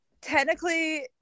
technically